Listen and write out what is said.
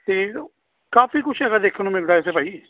ਅਤੇ ਕਾਫ਼ੀ ਕੁਛ ਹੈਗਾ ਦੇਖਣ ਨੂੰ ਮਿਲਦਾ ਇੱਥੇ ਭਾਅ ਜੀ